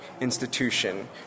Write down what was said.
institution